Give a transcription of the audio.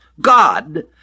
God